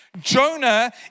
Jonah